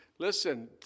Listen